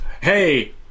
hey